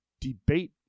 debate